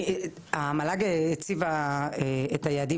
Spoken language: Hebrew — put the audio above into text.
המועצה להשכלה גבוהה הציבה את היעדים